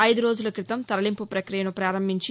ఐదు రోజుల క్రితం తరలింపు ప్రపక్రియను ప్రారంభించి